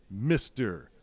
Mr